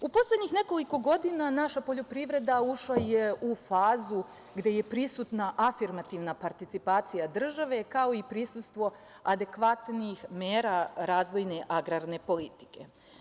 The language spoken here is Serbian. U poslednjih nekoliko godina naša poljoprivreda ušla je u fazu gde je prisutna afirmativna participacija države, kao i prisustvo adekvatnijih mera razvojne agrarne politike.